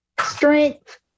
strength